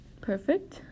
perfect